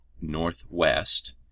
northwest